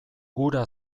hura